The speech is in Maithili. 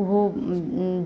ओहो